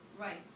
Right